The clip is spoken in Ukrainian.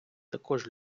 також